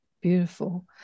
Beautiful